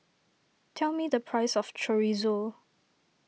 tell me the price of Chorizo